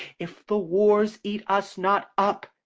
if the wars eat us not up,